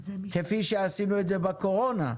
כפי שעשינו את זה בקורונה,